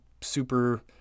super